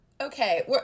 Okay